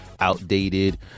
outdated